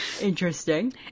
Interesting